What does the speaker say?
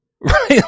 right